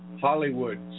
Hollywood